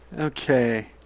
Okay